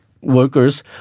workers